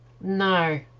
No